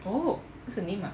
oh that's the name ah